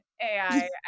AI